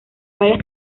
varias